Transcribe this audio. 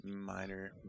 Minor